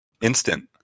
Instant